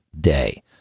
day